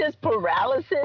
paralysis